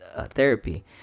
therapy